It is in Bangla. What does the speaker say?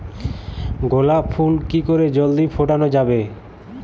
গোলাপ ফুল কি করে জলদি ফোটানো যাবে?